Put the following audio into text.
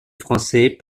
français